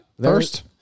first